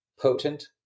potent